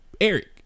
Eric